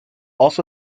also